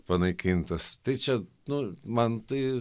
panaikintas tai čia nu man tai